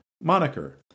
moniker